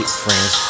friends